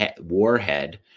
warhead